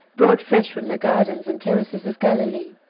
brought fresh from the gardens and terraces of galilee.